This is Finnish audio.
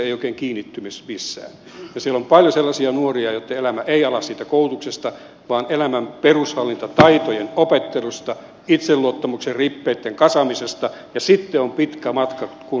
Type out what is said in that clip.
siellä on paljon sellaisia nuoria joiden elämä ei ala siitä koulutuksesta vaan elämän perushallintataitojen opettelusta itseluottamuksen rippeitten kasaamisesta ja sitten on pitkä matka kun se koulutus alkaa